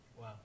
Wow